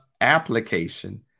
application